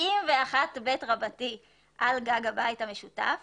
71ב על גג הבית המשותף